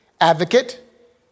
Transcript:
advocate